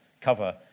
cover